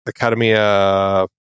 Academia